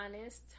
honest